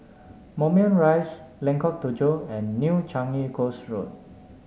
Moulmein Rise Lengkong Tujuh and New Changi Coast Road